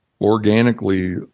organically